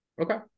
Okay